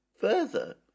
further